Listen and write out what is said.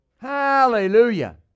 Hallelujah